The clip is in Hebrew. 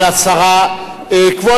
אני גאה ומתרגשת כשאני רואה אמנים הגאים במדינתם.